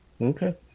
Okay